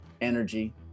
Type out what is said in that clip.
energy